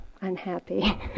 unhappy